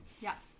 Yes